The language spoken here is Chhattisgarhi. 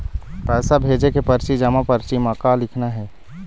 पैसा भेजे के परची जमा परची म का लिखना हे?